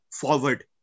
forward